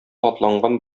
атланган